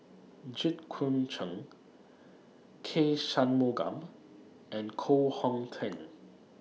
Jit Koon Ch'ng K Shanmugam and Koh Hong Teng